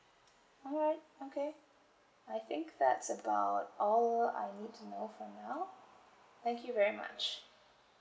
alright okay I think that's about all I need to know for now thank you very much